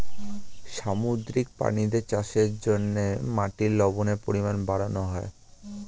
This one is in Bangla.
সামুদ্রিক প্রাণীদের চাষের জন্যে মাটির লবণের পরিমাণ বাড়ানো হয়